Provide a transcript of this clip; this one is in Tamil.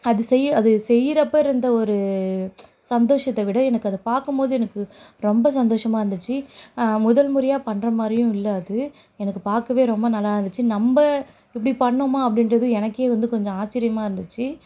அது செய்ய அது செய்யிறப்ப இருந்த ஒரு சந்தோஷத்தைவிட எனக்கு அத பார்க்கும்போது எனக்கு ரொம்ப சந்தோஷமாக இருந்துச்சு முதல்முறையாக பண்ணுற மாதிரியும் இல்லை அது எனக்கு பார்க்கவே ரொம்ப நல்லா இருந்துச்சு நம்ம இப்படி பண்ணினோமா அப்படின்றது எனக்கே வந்து கொஞ்சம் ஆச்சரியமாக இருந்துச்சு